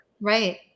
Right